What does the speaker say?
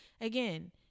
again